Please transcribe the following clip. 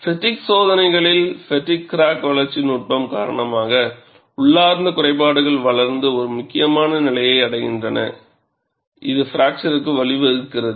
ஃப்பெட்டிக் சோதனைகளில் fatigue crack வளர்ச்சி நுட்பம் காரணமாக உள்ளார்ந்த குறைபாடுகள் வளர்ந்து ஒரு முக்கியமான நிலையை அடைகின்றன இது பிராக்சருக்கு வழிவகுக்கிறது